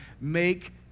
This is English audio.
make